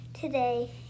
today